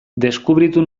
deskubritu